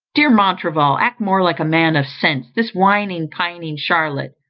dear montraville, act more like a man of sense this whining, pining charlotte,